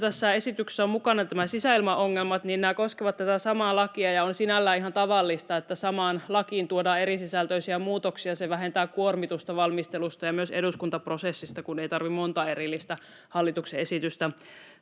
tässä esityksessä ovat mukana nämä sisäilmaongelmat: Nämä koskevat tätä samaa lakia, ja on sinällään ihan tavallista, että samaan lakiin tuodaan erisisältöisiä muutoksia. Se vähentää kuormitusta valmistelusta ja myös eduskuntaprosessista, kun ei tarvitse monta erillistä hallituksen esitystä